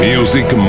Music